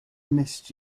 missed